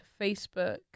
Facebook